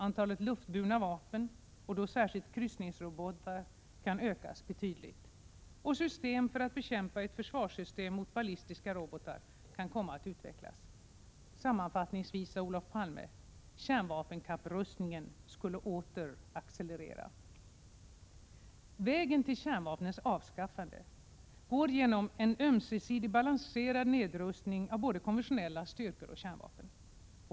Antalet luftburna vapen och då särskilt kryssningsrobotar kan ökas betydligt. Och system för att bekämpa ett försvarssystem mot ballistiska robotar kan komma att utvecklas. Sammanfattningsvis: kärnvapenkapprustningen skulle åter accelerera.” Vägen till kärnvapnens avskaffande går genom balanserad och ömsesidig nedrustning av både konventionella styrkor och kärnvapen.